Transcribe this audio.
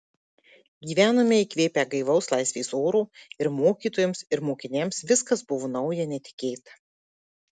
gyvenome įkvėpę gaivaus laisvės oro ir mokytojams ir mokiniams viskas buvo nauja netikėta